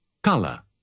Color